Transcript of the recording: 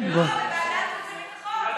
ועדת הכנסת, לא,